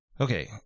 Okay